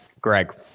Greg